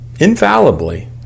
infallibly